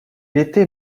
était